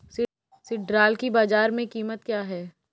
सिल्ड्राल की बाजार में कीमत क्या है?